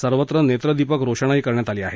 सर्वत्र नेत्रदीपक रोषणाई करण्यात आली आहे